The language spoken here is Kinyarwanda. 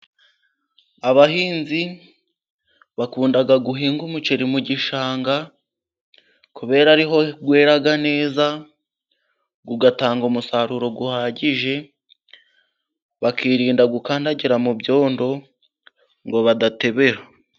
Abahinzi bakunda guhinga umuceri mu gishanga kubera ari ho wera neza, ugatanga umusaruro uhagije, bakirinda gukandagira mu byondo ngo badatebera.